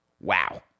Wow